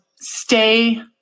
stay